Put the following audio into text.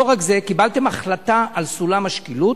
ולא רק זה, קיבלתם החלטה על סולם השקילות,